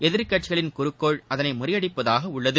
எதிர்க்கட்சிகளின் குறிக்கோள் அதனை முறியடிப்பதாக உள்ளது